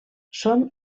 són